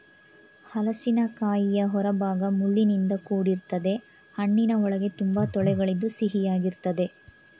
ಹಲಸಿನಕಾಯಿಯ ಹೊರಭಾಗ ಮುಳ್ಳಿನಿಂದ ಕೂಡಿರ್ತದೆ ಹಣ್ಣಿನ ಒಳಗೆ ತುಂಬಾ ತೊಳೆಗಳಿದ್ದು ಸಿಹಿಯಾಗಿರ್ತದೆ